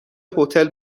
هتل